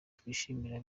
twishimira